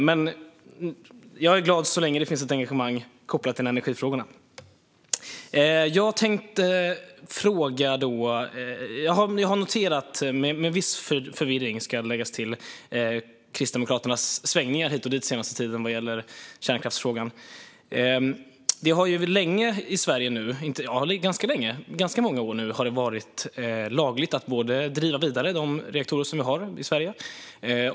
Men jag är glad så länge det finns ett engagemang kopplat till energifrågorna. Jag tänkte ställa en fråga. Jag har noterat - med viss förvirring, kan jag lägga till - Kristdemokraternas svängningar hit och dit den senaste tiden vad gäller kärnkraftsfrågan. Det har nu länge, under ganska många år, i Sverige varit lagligt att driva vidare de reaktorer vi har i Sverige.